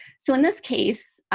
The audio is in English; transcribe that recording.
so in this case,